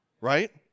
right